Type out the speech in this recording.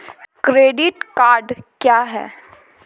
Credit card क्या है?